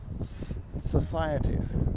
societies